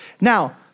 Now